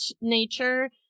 nature